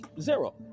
Zero